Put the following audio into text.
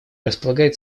располагает